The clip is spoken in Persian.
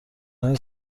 های